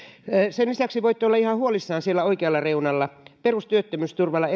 sen lisäksi voitte olla ihan huolissaan siellä oikealla reunalla perustyöttömyysturvalla